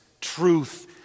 truth